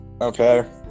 Okay